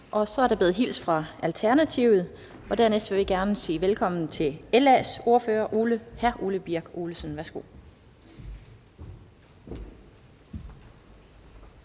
Så er der blevet hilst fra Alternativet, og derfor vil jeg gerne sige velkommen til LA's ordfører, hr. Ole Birk Olesen. Værsgo.